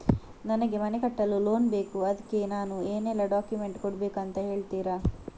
ನನಗೆ ಮನೆ ಕಟ್ಟಲು ಲೋನ್ ಬೇಕು ಅದ್ಕೆ ನಾನು ಏನೆಲ್ಲ ಡಾಕ್ಯುಮೆಂಟ್ ಕೊಡ್ಬೇಕು ಅಂತ ಹೇಳ್ತೀರಾ?